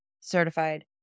certified